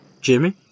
Jimmy